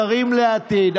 שרים לעתיד,